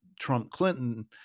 Trump-Clinton